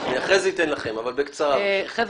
חבר'ה,